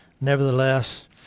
nevertheless